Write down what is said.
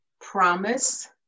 promise